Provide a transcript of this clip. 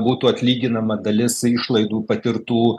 būtų atlyginama dalis išlaidų patirtų